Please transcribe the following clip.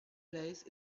place